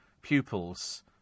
Pupils